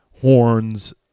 horns